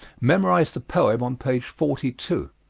memorize the poem on page forty two.